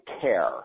care